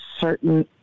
certain